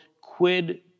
quid